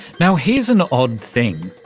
now here's an odd thing.